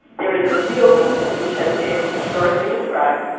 there is a real illness, which has been historically described,